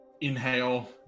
inhale